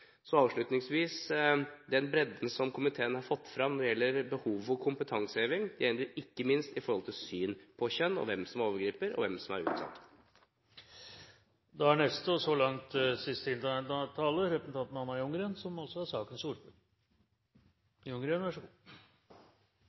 Avslutningsvis: Den bredden som komiteen har fått fram når det gjelder behovet for kompetanseheving, gjelder ikke minst i synet på kjønn – hvem som er overgriper og hvem som er utsatt. Takk til Stortingets representanter som har deltatt i denne debatten. Det er også fint å se at det er mange fra ulike komiteer som